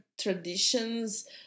traditions